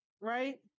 right